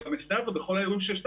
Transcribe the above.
אלא בכל האירועים שיש,